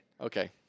Okay